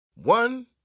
One